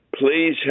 Please